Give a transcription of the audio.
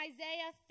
Isaiah